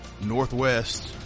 Northwest